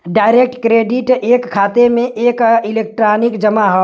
direct credit एक खाते में एक इलेक्ट्रॉनिक जमा हौ